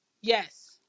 yes